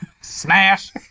Smash